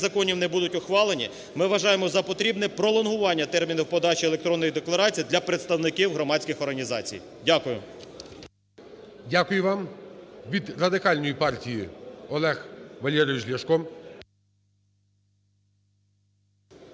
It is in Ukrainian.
законів не будуть ухвалені, ми вважаємо за потрібне пролонгування термінів подачі електронних декларацій для представників громадських організацій. Дякую. ГОЛОВУЮЧИЙ. Дякую вам. Від Радикальної партії Олег Валерійович Ляшко.